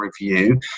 review